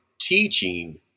teaching